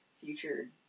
future